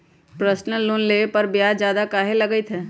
Personal loan लेबे पर ब्याज ज्यादा काहे लागईत है?